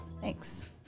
Thanks